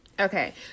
Okay